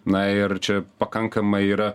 na ir čia pakankamai yra